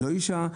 לא אישה,